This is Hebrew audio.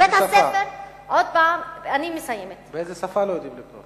באיזו שפה לא יודעים לקרוא?